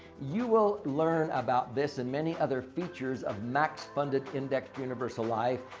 you will learn about this and many other features of max funded indexed universal life.